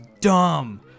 dumb